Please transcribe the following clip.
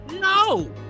No